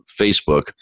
Facebook